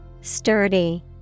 Sturdy